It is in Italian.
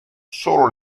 solo